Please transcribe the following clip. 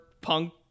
punk